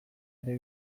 ere